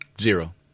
Zero